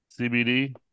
CBD